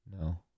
No